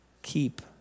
keep